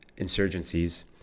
insurgencies